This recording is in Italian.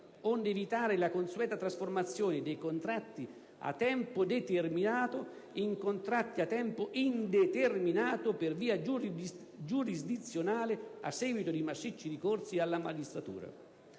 onde evitare la consueta trasformazione dei contratti a tempo determinato in contratti a tempo indeterminato per via giurisdizionale a seguito di massicci ricorsi alla magistratura.